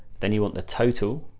then you want the total.